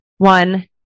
one